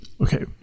Okay